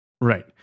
Right